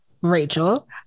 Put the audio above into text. rachel